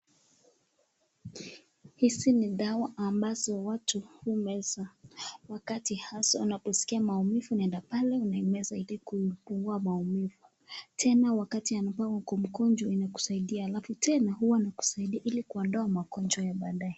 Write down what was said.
Hizi ni dawa ambazo watu humeza wakati hasa wanaposikia maumivu, unaenda pale unaimeza ilikuipugua maumvu, tena wakati ambao uko mgonjwa kusaidia, tena huwa inakusaidia kuondoa magonjwa ya baadaye.